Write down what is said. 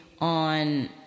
on